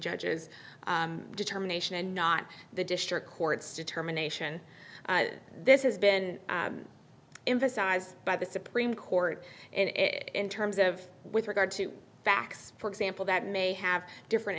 judges determination and not the district court's determination this has been emphasized by the supreme court and in terms of with regard to facts for example that may have different